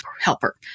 helper